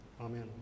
Amen